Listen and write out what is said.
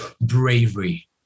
bravery